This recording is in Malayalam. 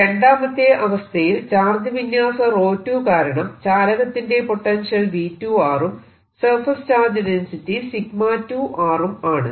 രണ്ടാമത്തെ അവസ്ഥയിൽ ചാർജ് വിന്യാസം 𝜌2 കാരണം ചാലകത്തിന്റെ പൊട്ടൻഷ്യൽ V2 ഉം സർഫേസ് ചാർജ് ഡെൻസിറ്റി 𝜎2 ഉം ആണ്